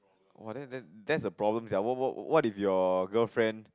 wah that then that's a problem sia what what what if your girlfriend